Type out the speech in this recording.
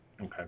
Okay